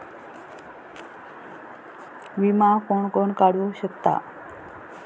विमा कोण कोण काढू शकता?